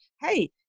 hey